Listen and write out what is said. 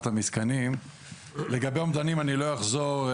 אז מספר המתקנים עלה רק בשישה אחוזים.